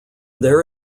there